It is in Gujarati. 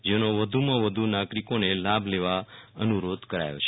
જેનો વધુમાં વધુ નાગરિકોને લાભ લેવા અનુરોધ કરાયો છે